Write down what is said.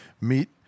meet